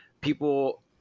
people